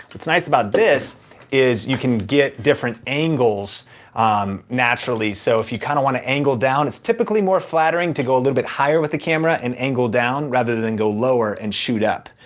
what's nice about this is, you can get different angles um naturally, so if you kind of wanna angle down, it's typically more flattering to go a little bit higher with the camera and angle down, rather than go lower and shoot up.